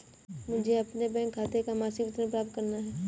मुझे अपने बैंक खाते का मासिक विवरण प्राप्त करना है?